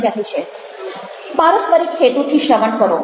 પારસ્પરિક હેતુથી શ્રવણ કરો